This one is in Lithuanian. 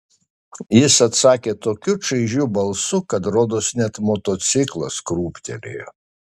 jis atsakė tokiu šaižiu balsu kad rodos net motociklas krūptelėjo